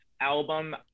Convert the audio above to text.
album